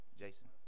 Jason